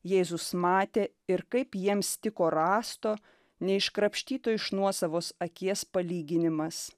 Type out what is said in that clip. jėzus matė ir kaip jiems tiko rąsto neiškrapštytų iš nuosavos akies palyginimas